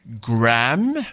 gram